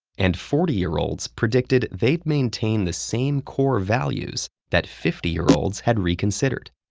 and forty year olds predicted they'd maintain the same core values that fifty year olds had reconsidered.